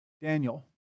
Daniel